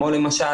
כמו למשל,